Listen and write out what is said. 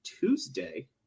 Tuesday